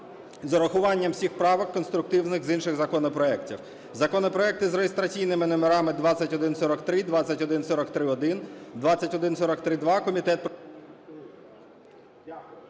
з урахуванням всіх правок конструктивних з інших законопроектів. Законопроекти за реєстраційними номерами 2143, 2143-1, 2143-2 комітет…